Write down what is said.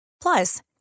Plus